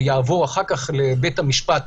שיעבור אחר כך לבית המשפט,